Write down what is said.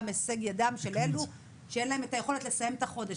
בהישג ידם של אלו שאין להם את היכולת לסיים את החודש,